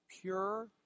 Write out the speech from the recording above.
pure